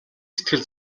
сэтгэл